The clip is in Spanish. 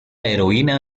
heroína